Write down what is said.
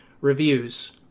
Reviews